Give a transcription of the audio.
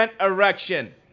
erection